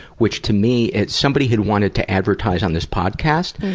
which, to me somebody had wanted to advertise on this podcast,